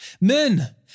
Men